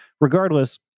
Regardless